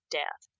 death